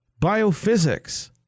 biophysics